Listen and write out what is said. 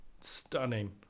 stunning